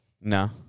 No